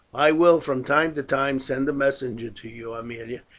i will from time to time send a messenger to you, aemilia,